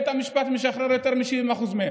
בית המשפט משחרר יותר מ-70% מהם.